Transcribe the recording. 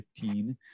2015